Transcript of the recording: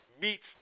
meets